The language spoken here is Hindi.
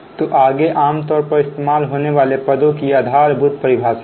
तो आगे आमतौर पर इस्तेमाल होने वाले पदों की आधारभूत परिभाषा है